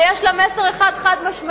שיש לה מסר אחד חד-משמעי,